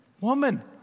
Woman